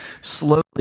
slowly